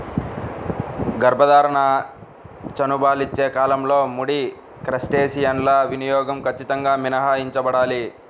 గర్భధారణ, చనుబాలిచ్చే కాలంలో ముడి క్రస్టేసియన్ల వినియోగం ఖచ్చితంగా మినహాయించబడాలి